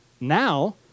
Now